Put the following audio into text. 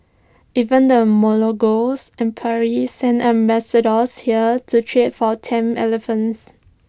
even the empire sent ambassadors here to trade for tame elephants